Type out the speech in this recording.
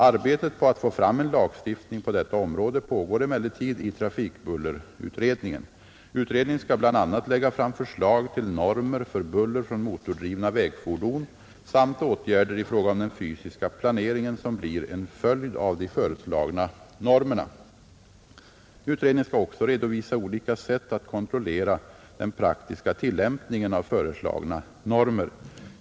Arbetet på att få fram en lagstiftning på detta område pågår emellertid i trafikbullerutredningen. Utredningen skall bl.a. lägga fram förslag till normer för buller från motordrivna vägfordon samt åtgärder i fråga om den fysiska planeringen, som blir en följd av de föreslagna normerna. Utredningen skall också redovisa olika sätt att kontrollera den praktiska tillämpningen av föreslagna normer.